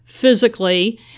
physically